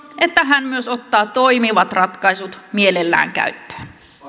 että hän myös ottaa toimivat ratkaisut mielellään käyttöön